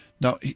Now